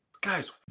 Guys